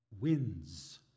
wins